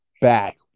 back